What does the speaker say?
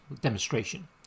demonstration